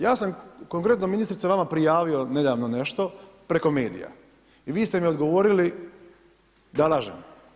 Ja sam korektno ministrice vama prijavio nedavno nešto, preko medija i vi ste mi odgovorili da lažem.